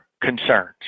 concerns